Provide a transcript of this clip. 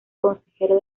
consejero